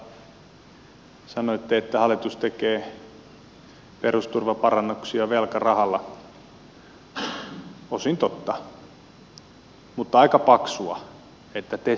edustaja saarakkala sanoitte että hallitus tekee perusturvaparannuksia velkarahalla osin totta mutta aika paksua että te sitä väitätte